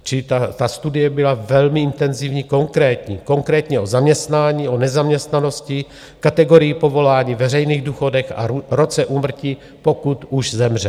Čili ta studie byla velmi intenzivní, konkrétní, konkrétně o zaměstnání, o nezaměstnanosti, kategorii povolání, veřejných důchodech a roce úmrtí, pokud už zemřel.